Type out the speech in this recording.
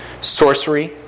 sorcery